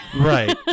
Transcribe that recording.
Right